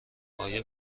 آیا